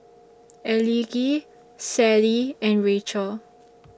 Elige Sallie and Rachel